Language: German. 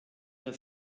der